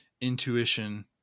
intuition